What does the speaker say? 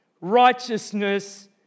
Righteousness